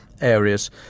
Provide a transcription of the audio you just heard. areas